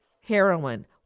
heroin